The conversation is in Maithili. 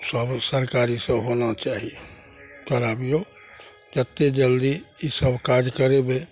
सब उ सरकारीसँ होना चाही कराबियौ जते जल्दी ईसब काज करेबय